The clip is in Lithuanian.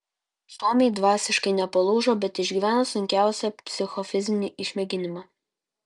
suomiai dvasiškai nepalūžo bet išgyveno sunkiausią psichofizinį išmėginimą